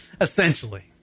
essentially